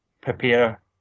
Prepare